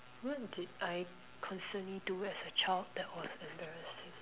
what did I constantly do as a child that was embarrassing